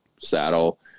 saddle